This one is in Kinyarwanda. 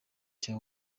cya